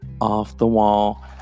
off-the-wall